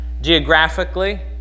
geographically